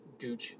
Gooch